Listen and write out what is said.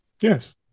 Yes